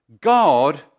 God